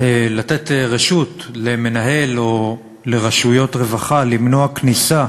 לתת רשות למנהל או לרשויות רווחה למנוע כניסה